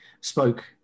spoke